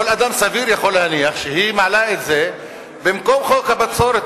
כל אדם סביר יכול להניח שהיא מעלה את זה במקום חוק הבצורת,